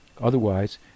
otherwise